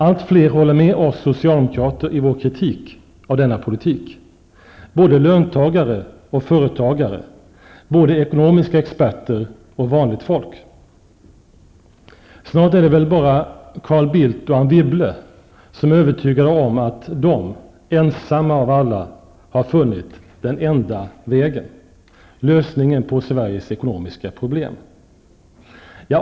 Allt fler håller med oss socialdemokrater i vår kritik av denna politik -- såväl löntagare och företagare som ekonomiska experter och vanligt folk. Snart är det väl bara Carl Bildt och Anne Wibble som är övertygade om att de ensamma av alla har funnit den enda vägen, lösningen på Sveriges ekonomiska problem.